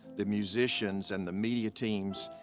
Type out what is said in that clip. the musicians and the media teams.